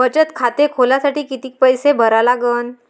बचत खाते खोलासाठी किती पैसे भरा लागन?